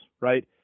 right